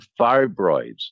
fibroids